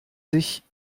sich